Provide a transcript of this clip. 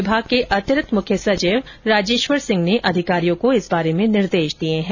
विभाग के अतिरिक्त मुख्य सचिव राजेश्वर सिंह ने अधिकारियों को इस बारे में निर्देश दिए हैं